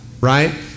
right